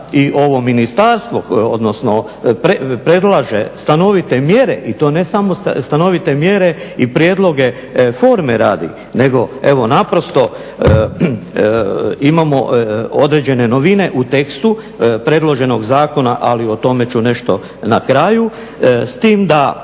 i ovo ministarstvo, odnosno predlaže stanovite mjere i to ne samo stanovite mjere i prijedloge forme radi, nego evo naprosto imamo određene novine u tekstu predloženog zakona ali o tome ću nešto na kraju, s tim da